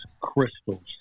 crystals